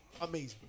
amazing